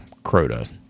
crota